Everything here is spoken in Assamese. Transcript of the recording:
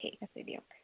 ঠিক আছে দিয়ক